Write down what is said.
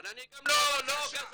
אבל אני גם לא, גזען.